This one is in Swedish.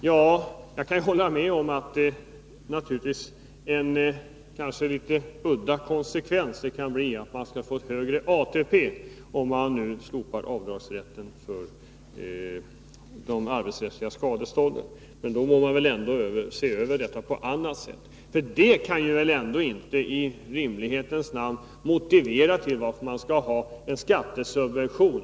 Jag kan hålla med om att en något udda konsekvens kan bli en högre ATP om man nu slopar rätten till avdrag för det arbetsrättsliga skadeståndet. Då må man väl se över det på något annat sätt, för det kan i rimlighetens namn inte motivera en skattesubvention.